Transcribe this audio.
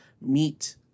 meet